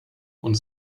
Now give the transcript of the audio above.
und